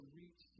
reach